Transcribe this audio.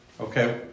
Okay